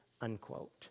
unquote